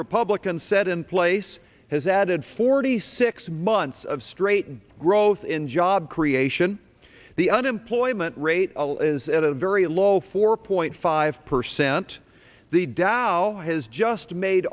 republicans set in place has added forty six months of straight growth in job creation the unemployment rate is at a very low four point five percent the dow has just made